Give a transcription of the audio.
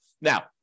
Now